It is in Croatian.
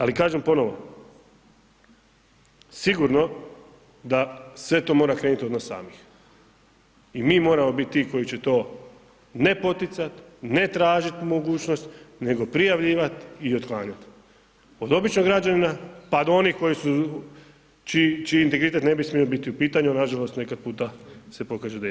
Ali kažem ponovo, sigurno da sve to mora krenut od nas samih i mi moramo biti ti koji će to ne poticat, ne tražit mogućnost nego prijavljivat i otklanjat, od običnog građanina pa do onih koji su, čiji integritet ne bi smio biti u pitanju, a nažalost neki puta se pokaže da je.